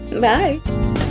bye